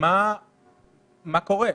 מה קורה.